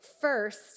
first